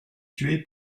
tué